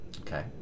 Okay